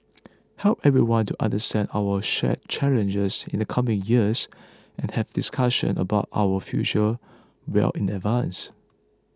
help everyone to understand our shared challenges in the coming years and have discussions about our future well in advance